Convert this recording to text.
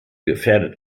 gefährdet